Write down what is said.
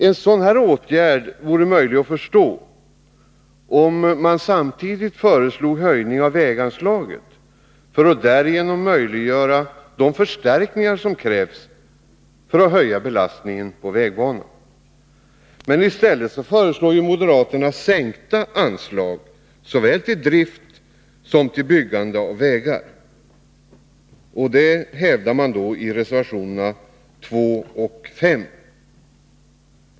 En sådan åtgärd vore möjlig att förstå om man samtidigt föreslog höjning av väganslaget för att därigenom möjliggöra de förstärkningar som krävs för höjd belastning på vägbanan. Men i stället föreslår ju moderaterna sänkta anslag såväl till drift som till byggande av vägar. Det föreslås i reservationerna 2 och 5.